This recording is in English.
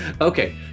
Okay